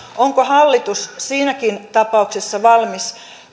onko hallitus siinäkin tapauksessa valmis